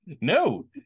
no